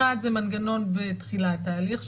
אחד זה מנגנון בתחילת התהליך,